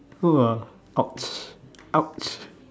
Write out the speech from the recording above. fur ouch ouch